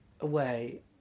away